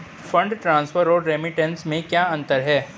Fund transfer और remittance में क्या अंतर है?